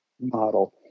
model